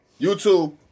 YouTube